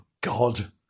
god